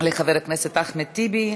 לחבר הכנסת אחמד טיבי.